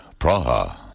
Praha